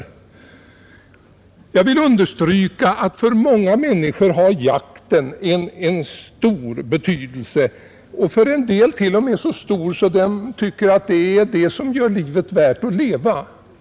Jag vill understryka att jakten för många människor har en stor betydelse, för en del t.o.m. så stor att de tycker att det är den som gör livet värt att leva.